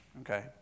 okay